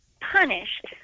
punished